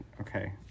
Okay